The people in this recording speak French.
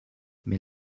mais